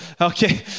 Okay